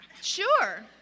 Sure